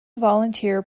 volunteer